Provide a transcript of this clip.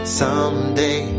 someday